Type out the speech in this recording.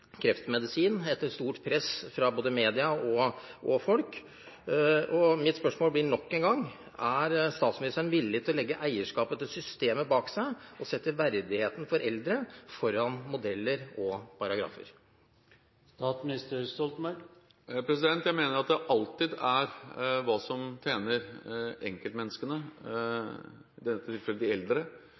kreftmedisin, etter stort press fra både media og folk. Mitt spørsmål blir nok en gang: Er statsministeren villig til å legge eierskapet til systemet bak seg og sette verdighet for eldre foran modeller og paragrafer? Jeg mener at det alltid er hva som tjener enkeltmenneskene, i dette tilfellet de eldre,